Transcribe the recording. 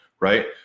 Right